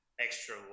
extra